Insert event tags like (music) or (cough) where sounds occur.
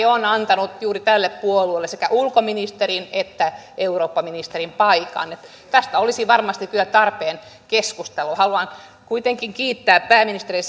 (unintelligible) on antanut juuri tälle puolueelle sekä ulkoministerin että eurooppaministerin paikan tästä olisi varmasti kyllä tarpeen keskustella haluan kuitenkin kiittää pääministeriä (unintelligible)